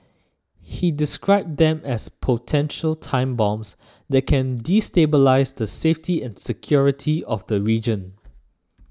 he described them as potential time bombs that can destabilise the safety and security of the region